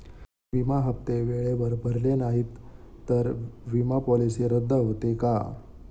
विमा हप्ते वेळेवर भरले नाहीत, तर विमा पॉलिसी रद्द होते का?